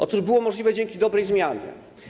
Otóż było to możliwe dzięki dobrej zmianie.